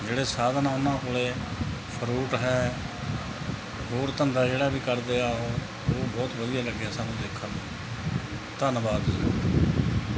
ਜਿਹੜੇ ਸਾਧਨ ਉਨ੍ਹਾਂ ਕੋਲ ਫਰੂਟ ਹੈ ਹੋਰ ਧੰਦਾ ਜਿਹੜਾ ਵੀ ਕਰਦੇ ਆ ਉਹ ਉਹ ਬਹੁਤ ਵਧੀਆ ਲੱਗਿਆ ਸਾਨੂੰ ਦੇਖਣ ਨੂੰ ਧੰਨਵਾਦ ਜੀ